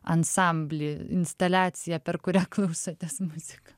ansamblį instaliaciją per kurią klausotės muziką